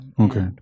Okay